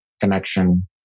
connection